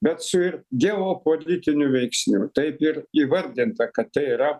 bet su ir dievo politiniu veiksniu taip ir įvardinta kad tai yra